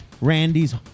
Randy's